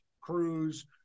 Cruz